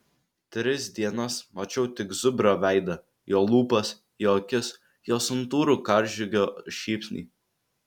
tris dienas mačiau tik zubrio veidą jo lūpas jo akis jo santūrų karžygio šypsnį